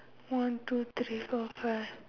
one two three four five